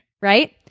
Right